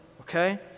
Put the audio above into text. Okay